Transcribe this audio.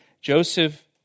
Joseph